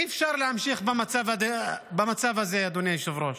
אי-אפשר להמשיך במצב הזה, אדוני היושב-ראש.